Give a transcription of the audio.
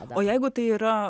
o jeigu tai yra